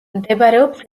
მდებარეობს